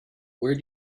where